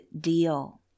deal